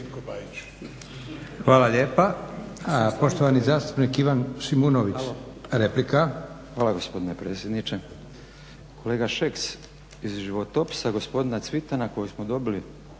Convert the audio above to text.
Hvala lijepa. Poštovani zastupnik Ivan Šimunović, replika. **Šimunović, Ivan (HSP AS)** Hvala gospodine predsjedniče. Kolega Šeks iz životopisa gospodina Cvitana koji smo dobili